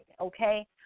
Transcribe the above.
okay